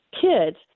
kids